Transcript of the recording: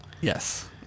Yes